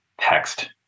text